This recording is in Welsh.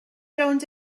rownd